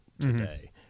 today